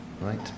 right